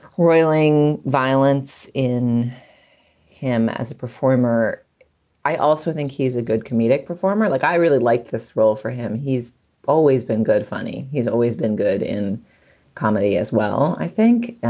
roiling violence in him as a performer i also think he's a good comedic performer. like, i really like this role for him. he's always been good. funny he's always been good in comedy as well, i think